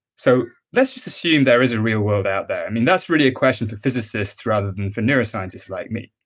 so let's just assume there is a real world out there that's really a question for physicists rather than for neuroscientists like me.